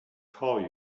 call